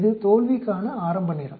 இது தோல்விக்கான ஆரம்ப நேரம்